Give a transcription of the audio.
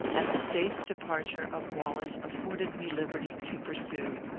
and the safe departure of wallace afforded me liberty, to pursue.